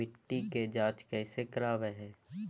मिट्टी के जांच कैसे करावय है?